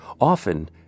Often